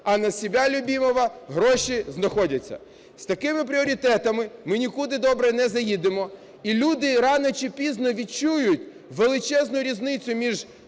а на себя любимого гроші знаходяться. З такими пріоритетами ми нікуди добре не заїдемо. І люди рано чи пізно відчують величезну різницю між